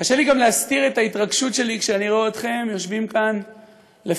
גם קשה לי להסתיר את ההתרגשות שלי כשאני רואה אתכם יושבים כאן לפנינו